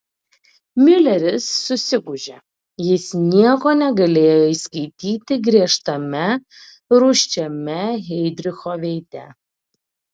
miuleris susigūžė jis nieko negalėjo įskaityti griežtame rūsčiame heidricho veide